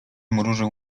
mrużył